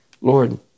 Lord